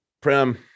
Prem